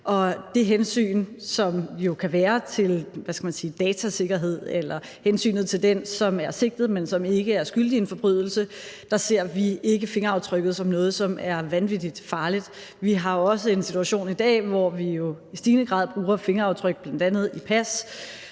– hvad skal man sige – datasikkerhed, eller hensynet til den, som er sigtet, men som ikke er skyldig i en forbrydelse, ser vi ikke fingeraftrykket som noget, som er vanvittig farligt. Vi har også en situationen i dag, hvor vi jo i stigende grad bruger fingeraftryk, bl.a. i pas,